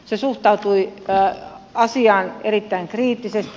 se suhtautui asiaan erittäin kriittisesti